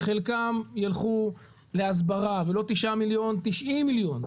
חלקם יילכו להסברה ולא תשעה מיליון אלא 90 מיליון,